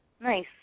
Nice